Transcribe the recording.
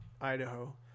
Idaho